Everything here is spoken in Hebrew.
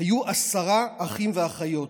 היו עשרה אחים ואחיות.